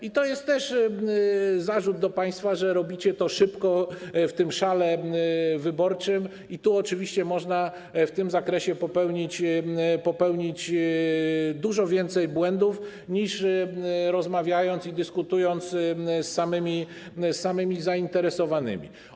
I to jest też zarzut do państwa, że robicie to szybko, w tym szale wyborczym, i tu oczywiście można w tym zakresie popełnić dużo więcej błędów, niż rozmawiając i dyskutując z samymi zainteresowanymi.